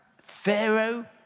Pharaoh